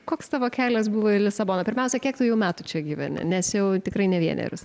koks tavo kelias buvo į lisaboną pirmiausia kiek tu jau metų čia gyveni nes jau tikrai ne vienerius